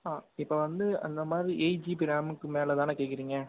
ஆ இப்போ வந்து அந்த மாதிரி எயிட் ஜிபி ரேமுக்கு மேலே தானே கேட்குறிங்க